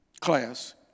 class